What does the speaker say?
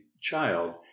child